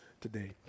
today